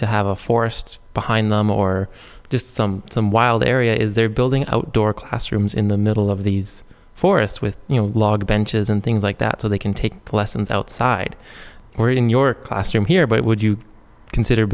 to have a forest behind them or just some some wild area is they're building outdoor classrooms in the middle of these forests with you know log benches and things like that so they can take plesance outside or in your classroom here but would you consider